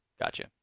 gotcha